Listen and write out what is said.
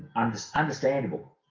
i'm just understandable